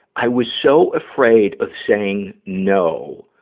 i was so afraid of saying no,